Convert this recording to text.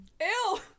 Ew